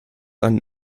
ein